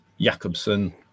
Jakobsen